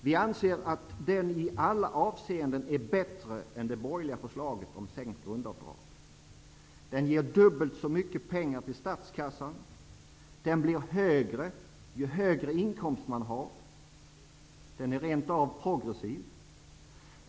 Vi anser att den i alla avseenden är bättre än det borgerliga förslaget om sänkt grundavdrag. Den ger dubbelt så mycket pengar till statskassan. Den blir högre ju högre inkomst man har. Den är rent av progressiv.